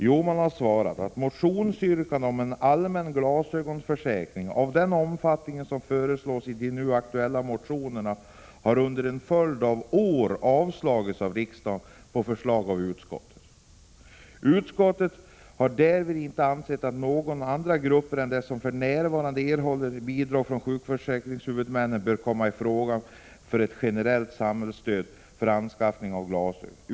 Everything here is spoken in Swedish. Jo, att motionsyrkanden om en allmän glasögonförsäkring av den omfattning som föreslås i de nu aktuella motionerna under en följd av år har avslagits av riksdagen på förslag av utskottet. ”Utskottet har därvid inte ansett att några andra grupper än de som för närvarande erhåller bidrag från sjukvårdshuvudmännen bör komma i fråga för ett generellt samhällsstöd för anskaffande av glasögon.